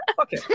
Okay